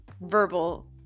verbal